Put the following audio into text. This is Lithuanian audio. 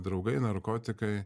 draugai narkotikai